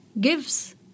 gives